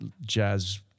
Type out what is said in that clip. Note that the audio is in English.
jazz